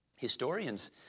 Historians